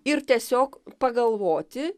ir tiesiog pagalvoti